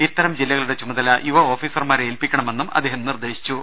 ഇത്തരം ജില്ലകളുടെ ചുമതല യുവ ഓഫീസർമാരെ ഏൽപ്പിക്കണമെന്ന് അദ്ദേഹം നിർദ്ദേശിച്ചു